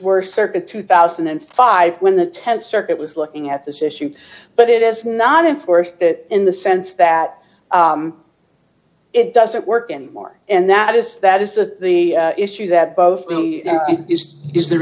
were circa two thousand and five when the th circuit was looking at this issue but it is not enforced in the sense that it doesn't work anymore and that is that is the issue that both is is there